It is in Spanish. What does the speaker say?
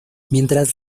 mientras